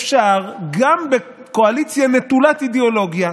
אפשר, גם בקואליציה נטולת אידיאולוגיה,